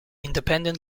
independent